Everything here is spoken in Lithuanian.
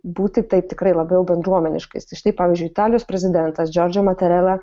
būti taip tikrai labiau bendruomeniškais tai štai pavyzdžiui italijos prezidentas džordža moterela